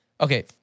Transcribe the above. Okay